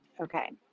okay